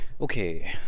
Okay